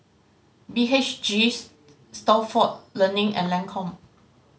B H G Stalford Learning and Lancome